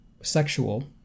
sexual